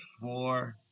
four